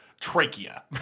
trachea